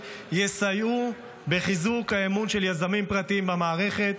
יסייעו בחיזוק האמון של יזמים פרטיים במערכת,